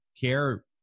care